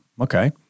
Okay